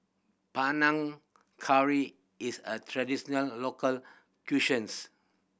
Panang Curry is a traditional local